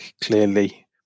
clearly